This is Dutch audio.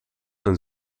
een